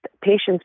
patients